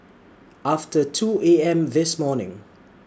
after two A M This morning